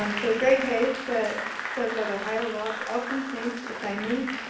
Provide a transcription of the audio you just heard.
um so greg hayes says says that ohio logs all complaints, assignments,